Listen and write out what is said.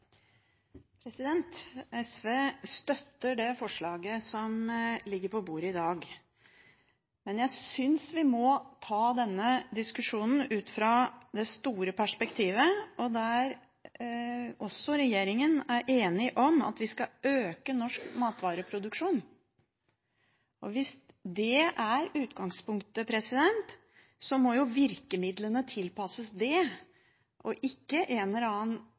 SV støtter det forslaget som ligger på bordet i dag. Men jeg synes vi må ta denne diskusjonen ut fra det store perspektivet, der også regjeringen er enig i at vi skal øke norsk matvareproduksjon. Hvis det er utgangspunktet, må virkemidlene tilpasses det og ikke en eller annen